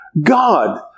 God